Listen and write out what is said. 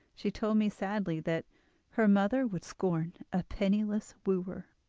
she told me sadly that her mother would scorn a penniless wooer,